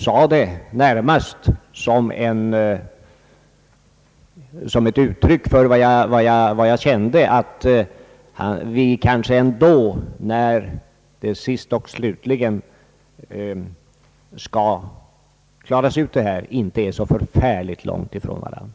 Vad jag sade var ett uttryck för vad jag trots allt hoppades — att vi kanske ändå när detta till sist skall klaras ut kanhända inte står så förfärligt långt ifrån varandra,